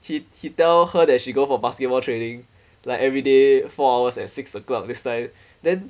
he he tell her that she go for basketball training like everyday four hours at six o'clock this time then